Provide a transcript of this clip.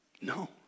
No